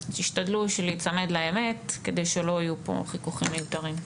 אז תשתדלו להיצמד לאמת כדי שלא יהיו פה חיכוכים מיותרים.